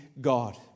God